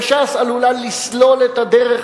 וש"ס עלולה לסלול את הדרך